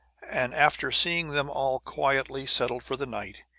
and after seeing them all quietly settled for the night,